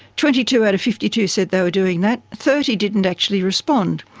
twenty two out of fifty two said they were doing that, thirty didn't actually respond.